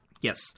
Yes